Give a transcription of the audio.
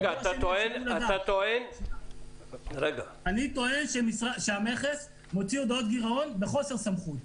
אתה טוען --- אני טוען שהמכס מוציא הודעות גירעון בחוסר סמכות.